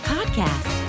Podcast